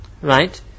right